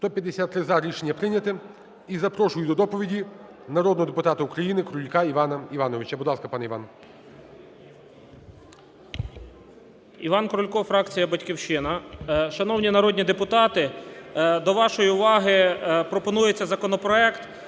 За-153 Рішення прийнято. І запрошую до доповіді народного депутата України Крулька Івана Івановича. Будь ласка, пане Іван. 17:13:08 КРУЛЬКО І.І. Іван Крулько, фракція "Батьківщина". Шановні народні депутати, до вашої уваги пропонується законопроект